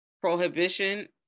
prohibition